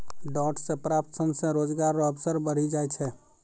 डांट से प्राप्त सन से रोजगार रो अवसर बढ़ी जाय छै